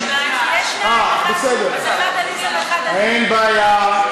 יש שניים, אז אחד עליזה ואחד, אין בעיה.